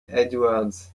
edwards